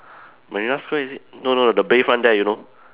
Marina Square is it no no the Bayfront there you know